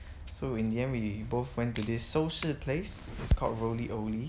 so in the end we both went to this place is called